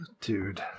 Dude